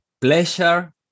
pleasure